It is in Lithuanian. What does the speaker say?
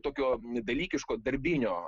tokio dalykiško darbinio